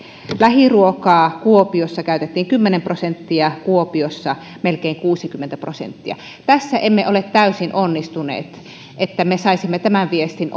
lähiruokaa kuopiossa käytettiin kymmenen prosenttia kiuruvedellä melkein kuusikymmentä prosenttia tässä emme ole täysin onnistuneet että me saisimme tämän viestin